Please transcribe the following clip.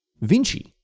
Vinci